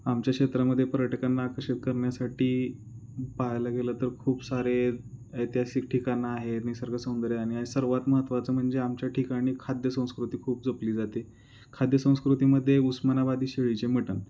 आमच्या क्षेत्रामध्ये पर्यटकांना आकर्षित करण्यासाठी पाहायला गेलं तर खूप सारे ऐतिहासिक ठिकाणं आहे निसर्ग सौंदर्य आणि सर्वात महत्त्वाचं म्हणजे आमच्या ठिकाणी खाद्य संस्कृती खूप जपली जाते खाद्य संस्कृतीमध्ये उस्मानाबादी शेळीचे मटन